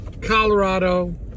Colorado